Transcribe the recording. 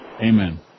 Amen